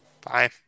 Bye